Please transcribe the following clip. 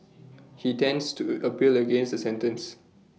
he tends to A appeal against the sentence